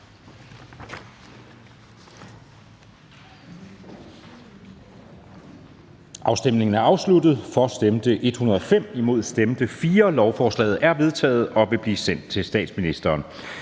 stemte 4 (ALT), hverken for eller imod stemte 0. Lovforslaget er vedtaget og vil nu blive sendt til statsministeren.